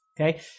okay